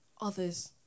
others